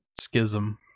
Schism